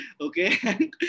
Okay